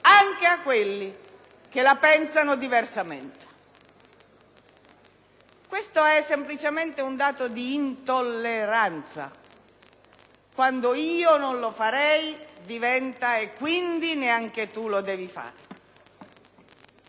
anche a quelli che la pensano diversamente. È semplicemente un dato di intolleranza quando "io non lo farei" diventa "e quindi neanche tu lo devi fare";